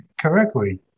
correctly